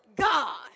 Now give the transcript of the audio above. God